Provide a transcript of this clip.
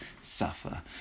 suffer